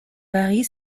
varie